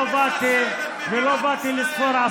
לא באתי, לא לא, באת לחסל את מדינת ישראל.